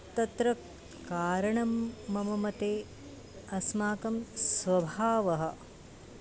तत्र कारणं मम मते अस्माकं स्वभावः